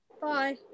bye